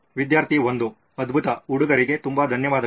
ವಿದ್ಯಾರ್ಥಿ 1 ಅದ್ಭುತ ಹುಡುಗರಿಗೆ ತುಂಬ ಧನ್ಯವಾದಗಳು